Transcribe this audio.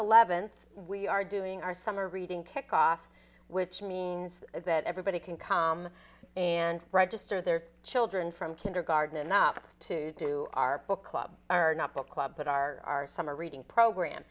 eleventh we are doing our summer reading kickoff which means that everybody can come and register their children from kindergarten up to do our book club are not book club but our summer reading program